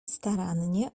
starannie